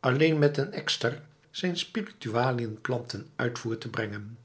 alleen met den ekster zijn spiritualiënplan ten uitvoer te brengen